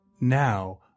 now